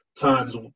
times